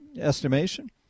estimation